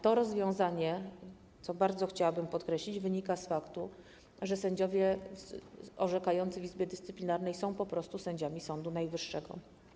To rozwiązanie, co bardzo chciałabym podkreślić, wynika z faktu, że sędziowie orzekający w Izbie Dyscyplinarnej są po prostu sędziami Sądu Najwyższego.